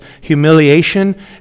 humiliation